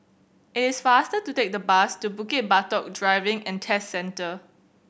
it is faster to take the bus to Bukit Batok Driving and Test Centre